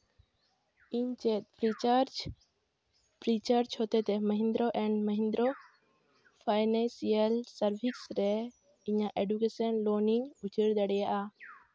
ᱤᱧ ᱪᱮᱫ ᱯᱷᱨᱤᱪᱟᱨᱡᱽ ᱦᱚᱛᱮᱛᱮ Mahindra and Mahindra financial services ᱨᱮ ᱤᱧᱟᱹᱜ ᱮᱰᱩᱠᱮᱥᱮᱱ ᱞᱳᱱ ᱤᱧ ᱩᱪᱟᱹᱲ ᱫᱟᱲᱮᱭᱟᱜᱼᱟ